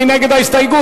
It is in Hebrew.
מי נגד ההסתייגות?